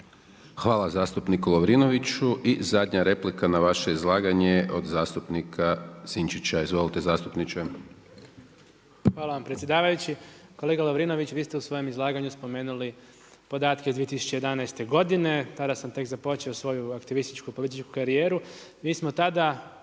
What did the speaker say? Hvala zastupniku Lovrinoviću. I zadnja replika na vaše izlaganje je od zastupnika Sinčića. Izvolite. **Sinčić, Ivan Vilibor (Živi zid)** Hvala vam predsjedavajući. Kolega Lovrinović, vi ste u svojem izlaganju spomenuli podatke iz 2011. godine. Tada sam tek započeo svoju aktivističku političku karijeru.